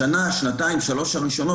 בשנה-שנתיים או שלוש הראשונות,